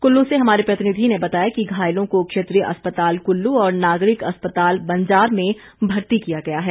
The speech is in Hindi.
कुल्लू से हमारे प्रतिनिधि ने बताया है कि घायलों को क्षेत्रीय अस्पताल कुल्लू और नागरिक अस्पताल बंजार में भर्ती किया गया है